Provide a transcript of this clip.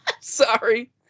Sorry